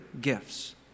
gifts